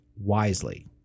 wisely